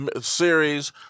series